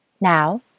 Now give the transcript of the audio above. Now